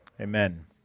Amen